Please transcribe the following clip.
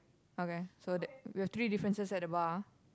okay so that we have three differences at the bar